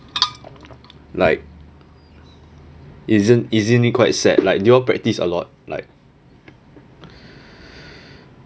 like isn't isn't it quite sad like do y'all practice a lot like